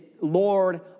Lord